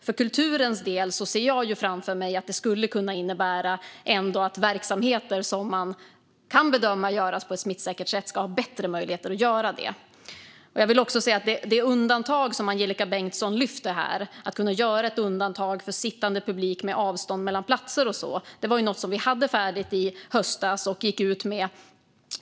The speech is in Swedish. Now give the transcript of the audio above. För kulturens del ser jag framför mig att verksamheter som man kan bedöma kan utföras på ett smittsäkert sätt ska ha bättre möjligheter till det. De förslag till undantag som Angelika Bengtsson lyfter fram här, det vill säga att göra undantag för sittande publik med avstånd mellan platser, var något som vi hade färdigt i höstas och gick ut med.